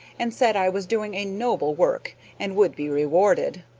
and said i was doing a noble work and would be rewarded.